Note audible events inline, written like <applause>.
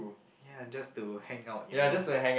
ya just to hang out you know <noise>